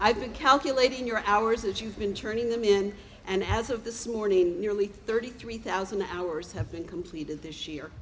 i've been calculating your hours that you've been turning them in and as of this morning nearly thirty three thousand hours have been completed this year